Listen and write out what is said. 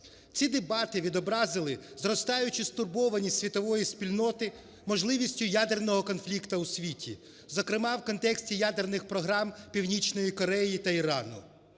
Ці дебати відобразили зростаючу стурбованість світової спільноти можливістю ядерного конфлікту у світі, зокрема в контексті ядерних програм Північної Кореї та Ірану.